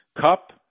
cup